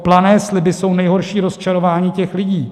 Plané sliby jsou nejhorší rozčarování těch lidí.